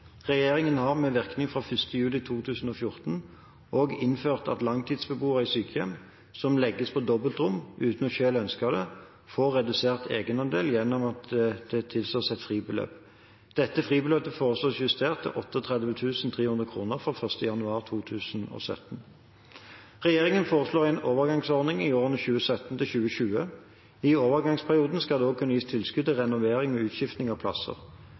Regjeringen har, med virkning fra 1. juli 2014, også innført at langtidsbeboere i sykehjem som legges på dobbeltrom uten selv å ønske det, får redusert egenandel gjennom at det tilstås et fribeløp. Dette fribeløpet foreslås justert til 38 300 kr fra 1. januar 2017. Regjeringen foreslår en overgangsordning i årene 2017–2020. I overgangsperioden skal det også kunne gis tilskudd til renovering og utskifting av plasser.